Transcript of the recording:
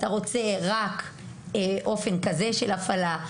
אם אתה רוצה רק אופן כזה של הפעלה,